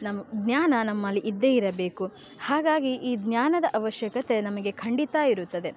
ನಾವು ಜ್ಞಾನ ನಮ್ಮಲ್ಲಿ ಇದ್ದೇ ಇರಬೇಕು ಹಾಗಾಗಿ ಈ ಜ್ಞಾನದ ಆವಶ್ಯಕತೆ ನಮಗೆ ಖಂಡಿತ ಇರುತ್ತದೆ